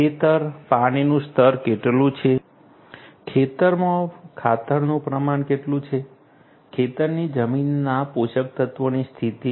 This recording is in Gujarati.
ખેતર પાણીનું સ્તર કેટલું છે ખેતરમાં ખાતરનું પ્રમાણ કેટલું છે ખેતરની જમીનના પોષક તત્વોની સ્થિતિ